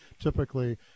typically